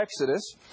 Exodus